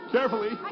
Carefully